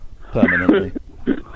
Permanently